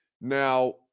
Now